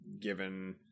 given